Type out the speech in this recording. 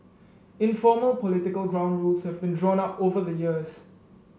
informal political ground rules have been drawn up over the years